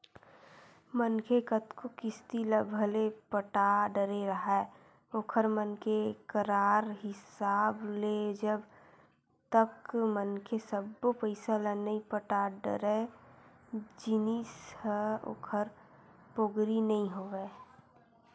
मनखे कतको किस्ती ल भले पटा डरे राहय ओखर मन के करार हिसाब ले जब तक मनखे सब्बो पइसा ल नइ पटा डरय जिनिस ह ओखर पोगरी नइ होवय